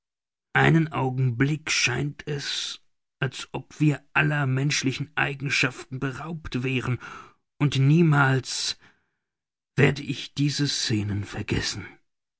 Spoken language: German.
einen augenblick scheint es als ob wir aller menschlichen eigenschaften beraubt wären und niemals werde ich diese scenen vergessen